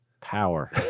power